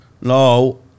No